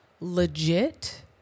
legit